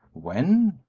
when?